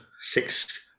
six